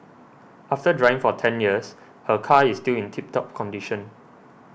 after driving for ten years her car is still in tip top condition